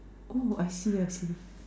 oh I see I see